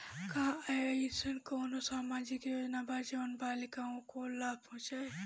का अइसन कोनो सामाजिक योजना बा जोन बालिकाओं को लाभ पहुँचाए?